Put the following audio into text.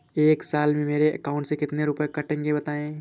एक साल में मेरे अकाउंट से कितने रुपये कटेंगे बताएँ?